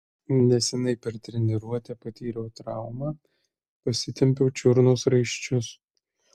neseniai per treniruotę patyriau traumą pasitempiau čiurnos raiščius